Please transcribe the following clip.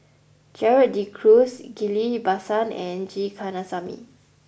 Gerald De Cruz Ghillie Basan and G Kandasamy